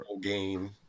game